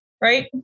right